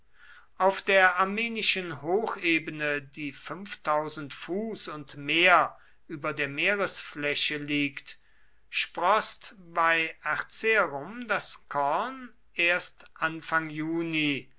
auf der armenischen hochebene die fuß und mehr über der meeresfläche liegt sproßt bei erzerum das korn erst anfang juni